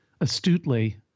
astutely